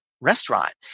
restaurant